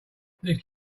this